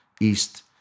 East